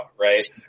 right